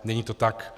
Není to tak.